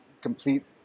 complete